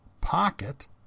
Pocket